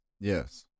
Yes